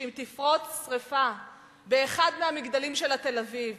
שאם תפרוץ שרפה באחד מהמגדלים של תל-אביב